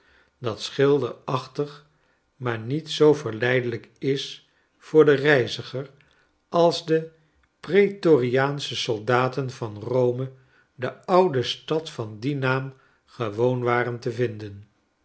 dat schilderachtig maar niet zoo verleidelijk is voor den reiziger als de praetoriaansche soldaten van borne de oude stad van dien naam gewoon waren te vinden